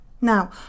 Now